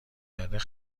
دارم